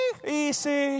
Easy